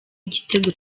igitego